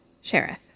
sheriff